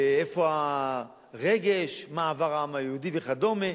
ואיפה הרגש, מה עבר העם היהודי וכדומה.